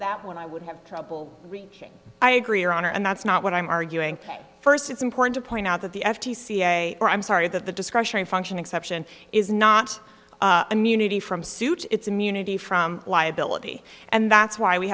that one i would have trouble reaching i agree or honor and that's not what i'm arguing first it's important to point out that the f t c a i'm sorry that the discretionary function exception is not a new unity from suit it's immunity from liability and that's why we